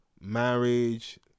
marriage